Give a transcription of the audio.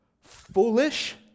foolish